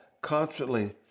constantly